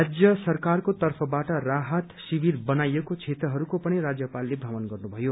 राज्य सरकारको तर्फबाट राहत शिविर बनाइएको क्षेत्रहरूको पनि राज्यपालले भ्रमण गर्नुभयो